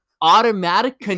automatic